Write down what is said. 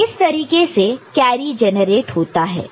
तो इस तरीके से कैरी जेनरेट होता है